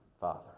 Father